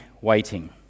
waiting